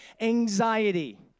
anxiety